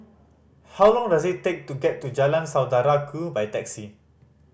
how long does it take to get to Jalan Saudara Ku by taxi